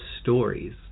stories